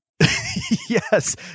yes